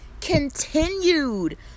continued